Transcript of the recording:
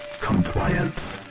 compliance